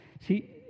See